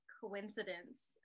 coincidence